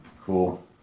cool